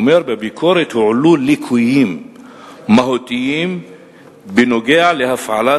הוא אומר: "בביקורת הועלו ליקויים מהותיים בנוגע להפעלת